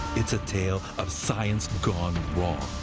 it's a tale of science gone wrong.